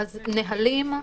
קודם כול, לגבי נהלים,